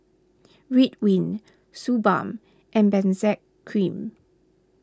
Ridwind Suu Balm and Benzac Cream